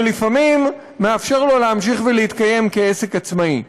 שלפעמים מאפשר לו להמשיך ולהתקיים כעסק עצמאי.